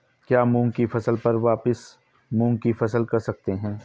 क्या मूंग की फसल पर वापिस मूंग की फसल कर सकते हैं?